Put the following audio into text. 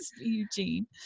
Eugene